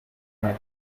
her